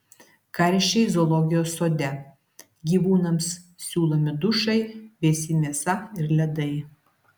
karščiai zoologijos sode gyvūnams siūlomi dušai vėsi mėsa ir ledai